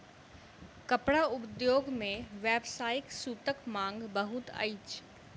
कपड़ा उद्योग मे व्यावसायिक सूतक मांग बहुत अछि